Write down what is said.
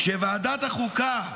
כשוועדת החוקה